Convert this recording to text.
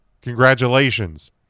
Congratulations